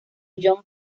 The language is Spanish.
john